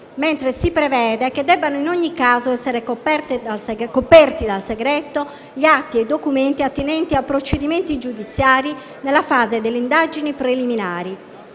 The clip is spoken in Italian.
mentre si prevede che debbano in ogni caso essere coperti dal segreto gli atti e i documenti attinenti a procedimenti giudiziari nella fase delle indagini preliminari.